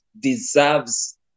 deserves